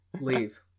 Leave